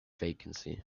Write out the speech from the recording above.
vacancy